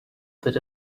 but